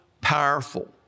powerful